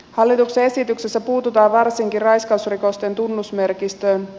hallituksen esityksessä puututaan varsinkin raiskausrikosten tunnusmerkistöön